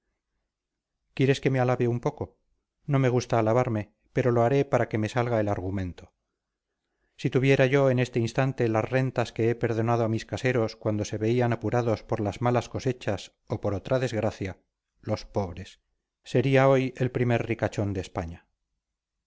quieres que me alabe un poco no me gusta alabarme pero lo haré para que me salga el argumento si tuviera yo en este instante las rentas que he perdonado a mis caseros cuando se veían apurados por las malas cosechas o por otra desgracia los pobres sería hoy el primer ricachón de españa